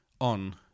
on